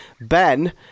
Ben